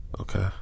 Okay